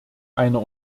einer